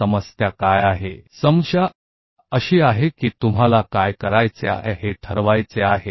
समस्या यह है कि आपको यह तय करना होगा कि आप क्या करना चाहते हैं